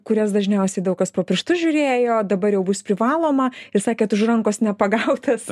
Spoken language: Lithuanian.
kurias dažniausia daug kas pro pirštus žiūrėjo dabar jau bus privaloma ir sakėt už rankos nepagautas